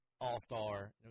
all-star